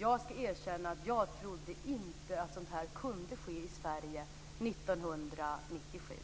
Jag skall erkänna att jag trodde inte att det kunde ske i Sverige 1997.